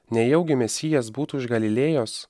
nejaugi mesijas būtų iš galilėjos